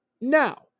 Now